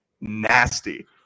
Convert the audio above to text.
nasty